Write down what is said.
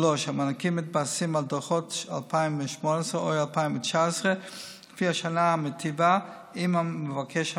המענקים מתבססים על דוחות 2018 או 2019 לפי השנה המיטיבה עם מבקש המענק,